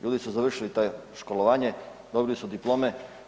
Ljudi su završili to školovanje, dobili su diplome.